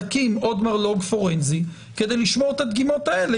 תקים עוד מרלו"ג פורנזי כדי לשמור את הדגימות האלה,